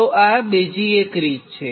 તો આ બીજી એક રીત છે